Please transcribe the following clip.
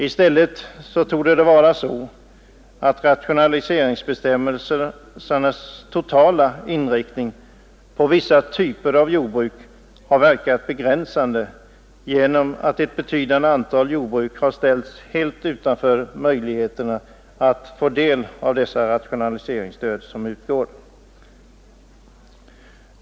I stället torde det vara så att rationaliseringsbestämmelsernas totala inriktning på vissa typer av jordbruk har verkat begränsande genom att ett betydande antal jordbruk har ställts helt utanför möjligheten att få del av det rationaliseringsstöd som utgår.